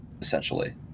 essentially